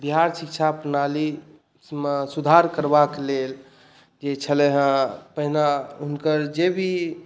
बिहार शिक्षा प्रणालीमे सुधार करबाक लेल जे छलै हेँ पहिने हुनकर जे भी